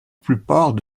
plupart